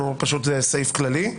זה פשוט סעיף כללי.